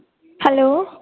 hello